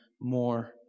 more